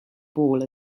ball